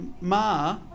Ma